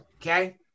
Okay